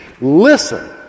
Listen